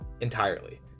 entirely